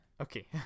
Okay